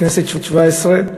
הכנסת השבע-עשרה,